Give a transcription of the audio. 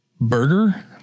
burger